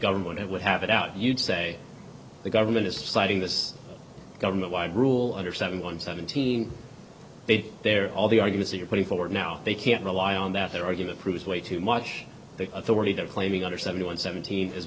government would have it out you'd say the government is citing this government wide rule under seven hundred seventeen they're all the arguments you're putting forward now they can't rely on that their argument proves way too much authority they're claiming under seventy one seventeen is